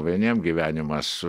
vieniem gyvenimas